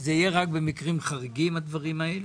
שזה יהיה רק במקרים חריגים, הדברים האלה,